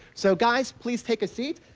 so guys, please take a seat.